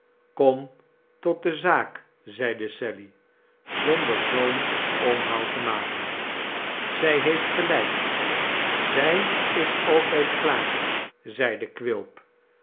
kom tot de zaak zeide sally zonder zoo'n omhaal te maken zij heeft gelijk zij is altijd klaar zeide quilp